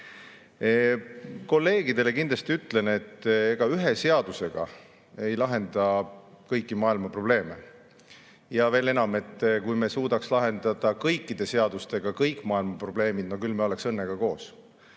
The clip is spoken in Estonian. Kolleegidele kindlasti ütlen, et ega ühe seadusega ei lahenda kõiki maailma probleeme. Ja veel enam, kui me suudaks lahendada kõikide seadustega kõik maailma probleemid, no küll me oleks õnnega koos.